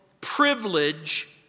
privilege